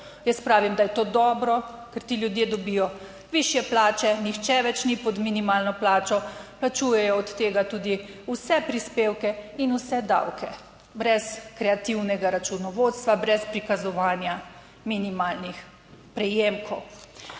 Jaz pravim, da je to dobro, ker ti ljudje dobijo višje plače, nihče več ni pod minimalno plačo. Plačujejo od tega tudi vse prispevke in vse davke, brez kreativnega računovodstva, brez prikazovanja. Minimalnih prejemkov.